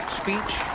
speech